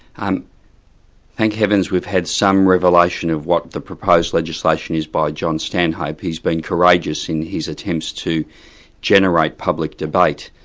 um thank heavens we've had some revelation of what the proposed legislation is by john stanhope. he's been courageous in his attempts to generate public debate.